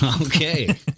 Okay